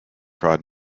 fraud